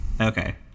Okay